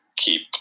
keep